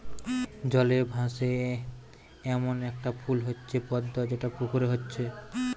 জলে ভাসে এ্যামন একটা ফুল হচ্ছে পদ্ম যেটা পুকুরে হচ্ছে